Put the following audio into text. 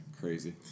Crazy